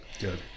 Good